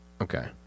Okay